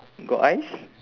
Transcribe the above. got eyes